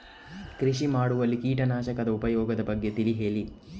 ಕೃಷಿ ಮಾಡುವಲ್ಲಿ ಕೀಟನಾಶಕದ ಉಪಯೋಗದ ಬಗ್ಗೆ ತಿಳಿ ಹೇಳಿ